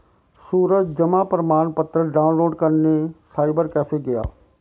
सूरज जमा प्रमाण पत्र डाउनलोड करने साइबर कैफे गया